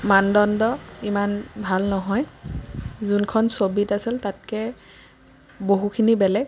মানদণ্ড ইমান ভাল নহয় যোনখন ছবিত আছিল তাতকৈ বহুখিনি বেলেগ